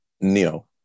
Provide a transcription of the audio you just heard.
neo